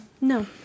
No